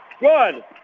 Good